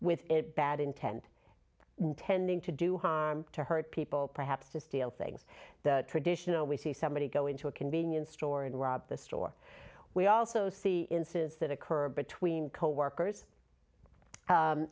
with bad intent intending to do harm to hurt people perhaps to steal things that traditional we see somebody go into a convenience store and rob the store we also see incidents that occur between coworkers